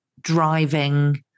driving